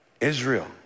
Israel